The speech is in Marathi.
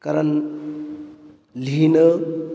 कारण लिहिणं